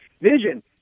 Vision